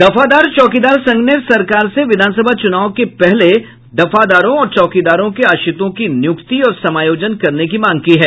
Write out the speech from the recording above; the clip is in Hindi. दफादार चौकीदार संघ ने सरकार से विधानसभा चुनाव के पहले दफादारों और चौकीदारों के आश्रितों की नियुक्ति और समायोजन करने की मांग की है